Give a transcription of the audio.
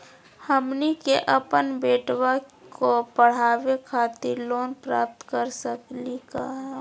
हमनी के अपन बेटवा क पढावे खातिर लोन प्राप्त कर सकली का हो?